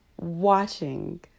watching